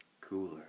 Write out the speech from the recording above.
cooler